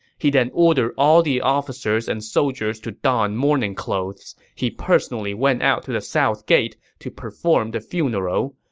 he then ordered all the officers and soldiers to don mourning clothes. he personally went out to the south gate to perform the funeral,